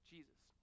Jesus